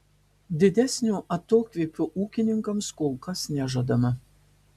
didesnio atokvėpio ūkininkams kol kas nežadama